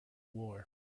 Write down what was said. war